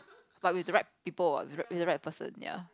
but with the right people with~ with the right person ya